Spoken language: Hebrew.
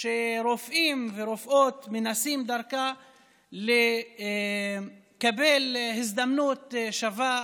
שבהן שרופאים ורופאות מנסים לקבל הזדמנות שווה,